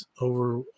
over